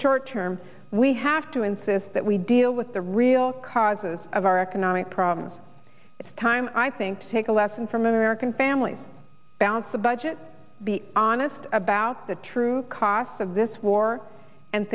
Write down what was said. short term we have to insist that we deal with the real causes of our economic problems it's time i think to take a lesson from american families balance a budget be honest about the true costs of this war and